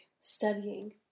studying